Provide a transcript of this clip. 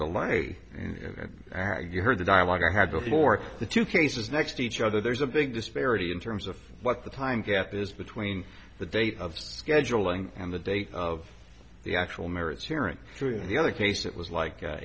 are you heard the dialogue i had before the two cases next to each other there's a big disparity in terms of what the time gap is between the date of scheduling and the date of the actual merits hearing through the other case it was like